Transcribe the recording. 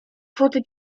kwotę